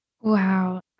Wow